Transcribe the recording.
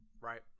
right